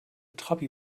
trabi